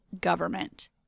government